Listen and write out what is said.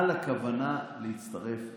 על הכוונה להצטרף לאמנה.